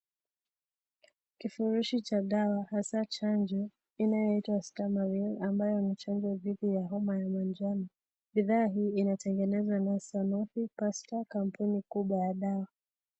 Kifurushi cha dawa , haswa chanjo inayoitwa Stamaril ambayo ni chanjo dhidi ya homa ya manjano . Bidha hii inatengenezwa na Sanori Pasteur kampuni kubwa ya madawa .